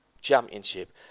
championship